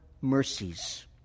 mercies